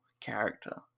character